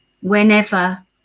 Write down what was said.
whenever